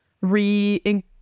re